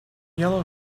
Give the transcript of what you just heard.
yellow